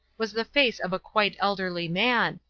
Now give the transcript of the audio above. was the face of a quite elderly man,